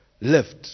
Left